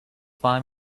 find